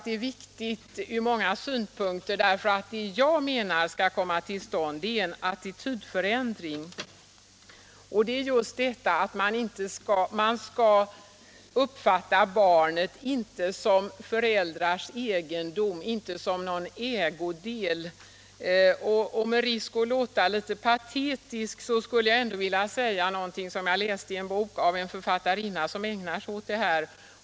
Det är viktigt från många synpunkter, därför att det som måste komma till stånd är en attitydförändring och just att man skall uppfatta barnet inte som föräldrars egendom, inte som någon ägodel. Med risk för att låta patetisk vill jag läsa upp någonting som jag såg i en bok av en författarinna som ägnar sig åt detta.